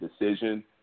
decision